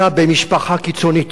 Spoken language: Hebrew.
אתה במשפחה קיצונית.